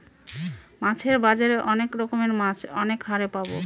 মাছের বাজারে অনেক রকমের মাছ অনেক হারে পাবো